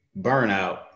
Burnout